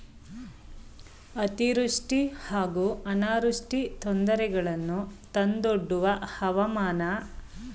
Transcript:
ಅತಿವೃಷ್ಟಿ ಹಾಗೂ ಅನಾವೃಷ್ಟಿ ತೊಂದರೆಗಳನ್ನು ತಂದೊಡ್ಡುವ ಹವಾಮಾನ ಬದಲಾವಣೆಯನ್ನು ಹೇಗೆ ತಿಳಿಯುವಿರಿ?